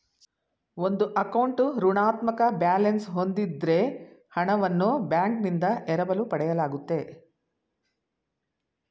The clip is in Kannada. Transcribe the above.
ಒಂದು ಅಕೌಂಟ್ ಋಣಾತ್ಮಕ ಬ್ಯಾಲೆನ್ಸ್ ಹೂಂದಿದ್ದ್ರೆ ಹಣವನ್ನು ಬ್ಯಾಂಕ್ನಿಂದ ಎರವಲು ಪಡೆಯಲಾಗುತ್ತೆ